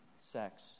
sex